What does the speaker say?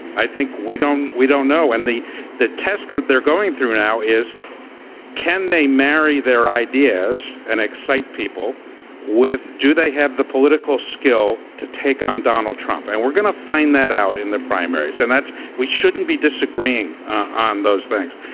i think we don't we don't know and the the test what they're going through now is can they marry their ideas and excite people with. do they have the political skill to take on donald trump. and we're going to find that out in the primaries and that's we shouldn't be disagreeing on those things.